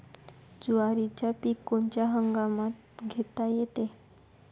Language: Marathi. जवारीचं पीक कोनच्या हंगामात घेता येते?